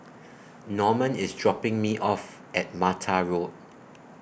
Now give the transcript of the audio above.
Normand IS dropping Me off At Mattar Road